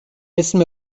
اسم